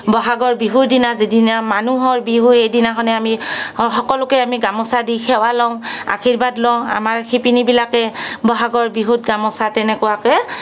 বহাগৰ বিহুৰ দিনা যিদিনা মানুহৰ বিহু সেইদিনাখনেই আমি স সকলোকে গামোচা দি সেৱা লওঁ আশীৰ্বাদ লওঁ আমাৰ শিপিনী বিলাকে বহাগৰ বিহুত গামোচা তেনেকুৱাকৈ